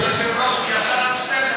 כבוד היושב-ראש, הוא